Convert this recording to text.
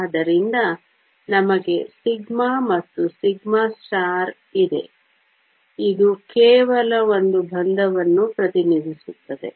ಆದ್ದರಿಂದ ನಮಗೆ ಸಿಗ್ಮಾ ಮತ್ತು σ ಇದೆ ಇದು ಕೇವಲ ಒಂದು ಬಂಧವನ್ನು ಪ್ರತಿನಿಧಿಸುತ್ತದೆ